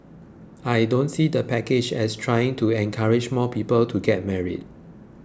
I don't see the package as trying to encourage more people to get married